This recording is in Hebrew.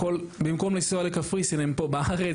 במקום לנסוע לקפריסין הם פה בארץ,